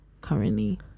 currently